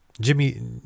Jimmy